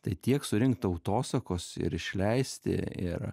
tai tiek surinkt tautosakos ir išleisti ir